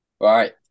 Right